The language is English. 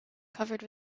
covered